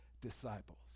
disciples